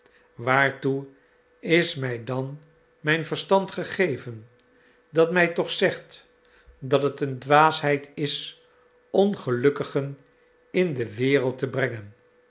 waartoe is mij dan mijn verstand gegeven dat mij toch zegt dat het een dwaasheid is ongelukkigen in de wereld te brengen